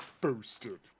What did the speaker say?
boosted